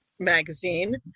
magazine